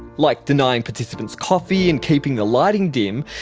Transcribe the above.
like denying participants coffee and keeping the lighting dim,